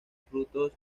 frutos